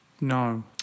No